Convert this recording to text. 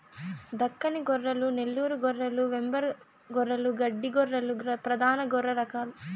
దక్కని గొర్రెలు, నెల్లూరు గొర్రెలు, వెంబార్ గొర్రెలు, గడ్డి గొర్రెలు ప్రధాన గొర్రె రకాలు